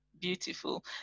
beautiful